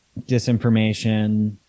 disinformation